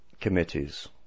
committees